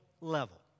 level